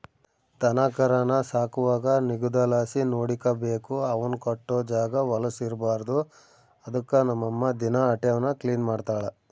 ದನಕರಾನ ಸಾಕುವಾಗ ನಿಗುದಲಾಸಿ ನೋಡಿಕಬೇಕು, ಅವುನ್ ಕಟ್ಟೋ ಜಾಗ ವಲುಸ್ ಇರ್ಬಾರ್ದು ಅದುಕ್ಕ ನಮ್ ಅಮ್ಮ ದಿನಾ ಅಟೇವ್ನ ಕ್ಲೀನ್ ಮಾಡ್ತಳ